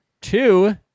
two